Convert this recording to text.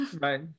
Right